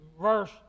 verse